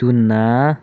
ꯇꯨꯅ